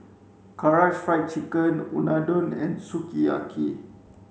Karaage Fried Chicken Unadon and Sukiyaki